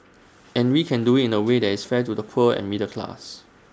and we can do IT in A way that is fair to the poor and middle class